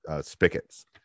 spigots